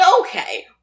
okay